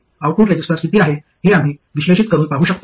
output resistance किती आहे हे आम्ही विश्लेषित करून पाहू शकतो